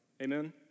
Amen